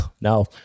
No